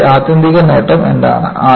ഇതിന്റെ ആത്യന്തിക നേട്ടം എന്താണ്